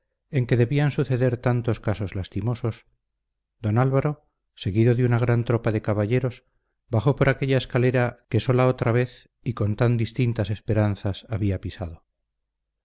en que debían suceder tantos casos lastimosos don álvaro seguido de una gran tropa de caballeros bajó por aquella escalera que sola otra vez y con tan distintas esperanzas había pisado